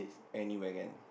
anywhere can